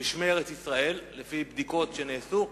בשמי ארץ-ישראל, לפי בדיקות שנעשו,